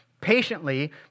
patiently